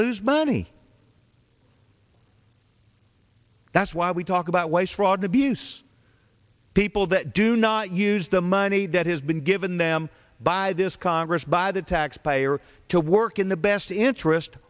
lose money that's why we talk about waste fraud abuse people that do not use the money that has been given them by this congress by the taxpayer to work in the best interest